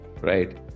right